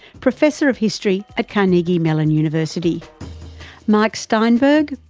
professor of history at carnegie mellon university mark steinberg,